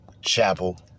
Chapel